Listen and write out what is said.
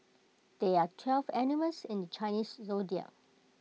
there are twelve animals in the Chinese Zodiac